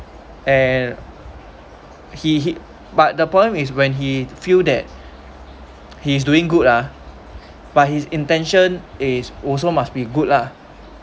and he he but the problem is when he feel thathe's doing good [ah]but his intention is also must be good lah